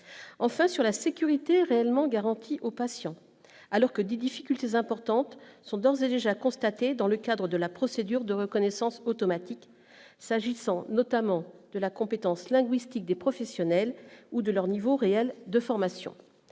enfin, sur la sécurité réellement garantir aux patients alors que des difficultés importantes sont d'ores et déjà constater dans le cadre de la procédure de reconnaissance automatique s'agissant notamment de la compétence linguistique des professionnels ou de leur niveau réel de formation,